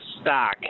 stock